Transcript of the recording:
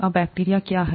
अब बैक्टीरिया क्या है